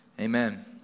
amen